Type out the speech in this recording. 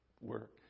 work